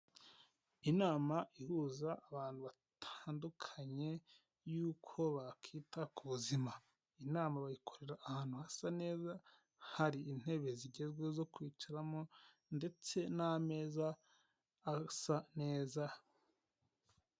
Inama ihuza abantu batandukanye yuko bakita ku buzima inama bayikorera ahantu hasa neza hari intebe zigezweho zo kwicaramo ndetse n'ameza asa neza.